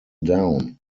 down